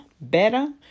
better